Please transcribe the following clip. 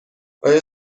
آیا